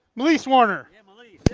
malesse warner. yeah, malesse.